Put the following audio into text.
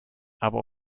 aber